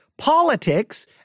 politics